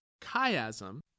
chiasm